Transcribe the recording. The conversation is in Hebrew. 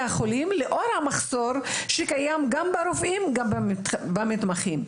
החולים לאור המחסור שקיים גם ברופאים וגם במתמחים.